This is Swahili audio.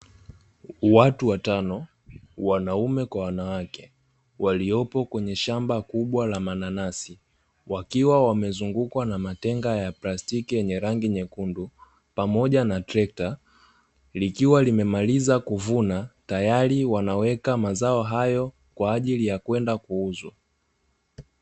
Watu watano wanaume kwa wanawake waliopo kwenye shamba kubwa la mananasi wakiwa wamezungukwa na matenga ya plastiki yenye rangi nyekundu, pamoja na trekta likiwa limemaliza kuvuna tayari wanaweka mazao hayo kwajili ya kwenda kuuzwa.